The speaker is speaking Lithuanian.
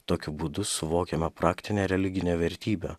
tokiu būdu suvokiama praktinę religinę vertybę